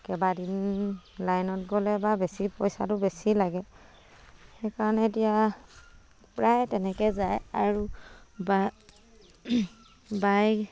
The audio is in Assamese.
কেইবাদিন লাইনত গ'লে বা বেছি পইচাটো বেছি লাগে সেইকাৰণে এতিয়া প্ৰায় তেনেকৈ যায় আৰু বা বাইক